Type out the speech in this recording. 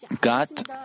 God